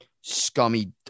scummy